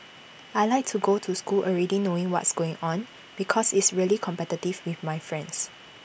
I Like to go to school already knowing what's going on because it's really competitive with my friends